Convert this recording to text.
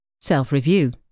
Self-review